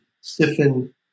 stiffen